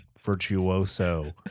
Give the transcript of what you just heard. virtuoso